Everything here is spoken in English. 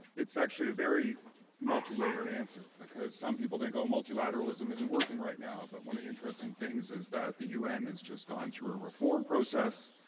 it's actually a very multilayered answer because some people think, oh, multilateralism isn't working right now, but one of the interesting things is that the un has just gone through ah a process.